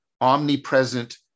omnipresent